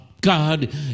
God